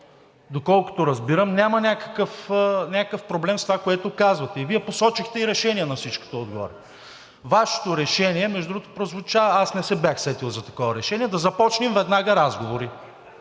доколкото разбирам, няма някакъв проблем с това, което казвате. И Вие посочихте и решение на всичкото отгоре. Вашето решение, между другото, прозвуча – аз не се бях сетил за такова решение, да започнем веднага разговори.